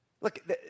Look